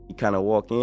kind of walk in.